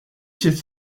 chez